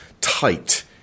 tight